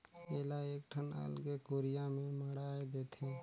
एला एकठन अलगे कुरिया में मढ़ाए देथे